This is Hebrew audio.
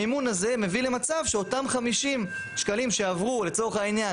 המימון הזה מביא למצב שאותם 50 שקלים שעברו לצורך העניין